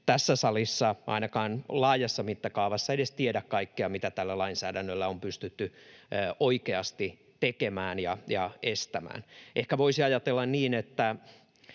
tässä salissa ainakaan laajassa mittakaavassa edes tiedä kaikkea, mitä tällä lainsäädännöllä on pystytty oikeasti tekemään ja estämään. Ehkä voisi ajatella niin, että